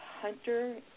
hunter